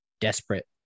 desperate